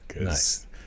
Nice